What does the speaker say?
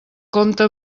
compta